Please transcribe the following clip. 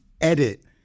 edit